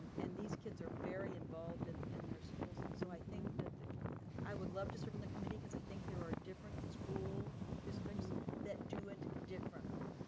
and these kids are very involved in in their schools and so i think that that i would love to serve in the committee cause i think there are different school districts that do it differently.